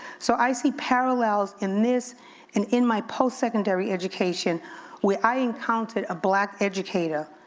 so i see parallels in this and in my post-secondary education where i encountered a black educator,